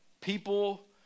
people